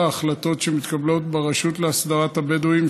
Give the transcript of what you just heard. ההחלטות שמתקבלות ברשות להסדרת הבדואים,